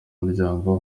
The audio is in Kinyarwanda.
muryango